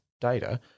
data